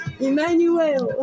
Emmanuel